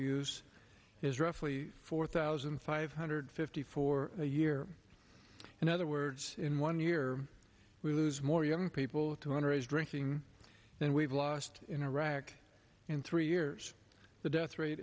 use is roughly four thousand five hundred fifty four a year in other words in one year we lose more young people to underage drinking than we've lost in iraq in three years the death rate